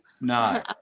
No